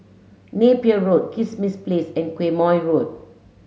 Napier Road Kismis Place and Quemoy Road